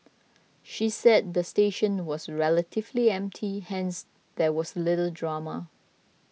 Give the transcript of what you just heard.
she said the station was relatively empty hence there was little drama